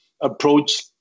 approach